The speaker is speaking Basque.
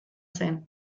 zen